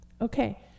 Okay